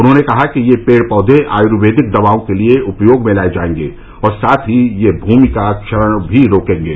उन्होंने कहा कि ये पेड़ पौधे आयुर्वेदिक दवाओं के लिये उपयोग में लाये जायेंगे और साथ ही ये भूमि का क्षरण भी रोकेंगे